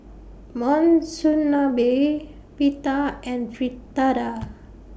Monsunabe Pita and Fritada